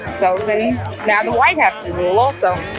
so then now the white have to rule also